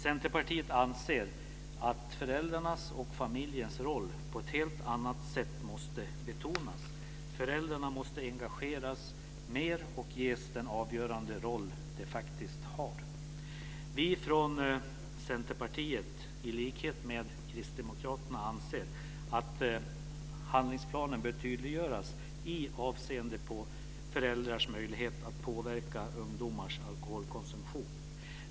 Centerpartiet anser att föräldrarnas och familjens roll på ett helt annat sätt måste betonas, att föräldrarna måste engageras mer och ges den avgörande roll de faktiskt har. Vi från Centerpartiet anser, i likhet med Kristdemokraterna, att handlingsplanen bör tydliggöras i avseende på föräldrars möjligheter att påverka ungdomars alkoholkonsumtion.